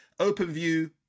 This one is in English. OpenView